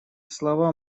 слова